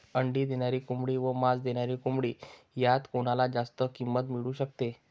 अंडी देणारी कोंबडी व मांस देणारी कोंबडी यात कोणाला जास्त किंमत मिळू शकते?